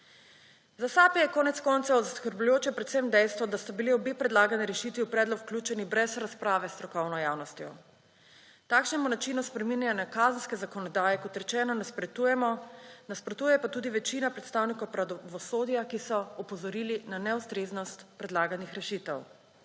Za SAB je konec koncev zaskrbljujoče predvsem dejstvo, da sta bili obe predlagani rešitvi v predlog vključeni brez razprave s strokovno javnostjo. Takšnemu načinu spreminjanja kazenske zakonodaje kot rečeno nasprotujemo, nasprotuje pa tudi večina predstavnikov pravosodja, ki so opozorili na neustreznost predlaganih rešitev.